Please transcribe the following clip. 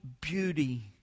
beauty